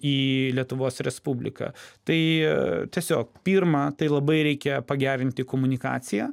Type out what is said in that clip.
į lietuvos respubliką tai tiesiog pirma tai labai reikia pagerinti komunikaciją